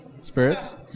spirits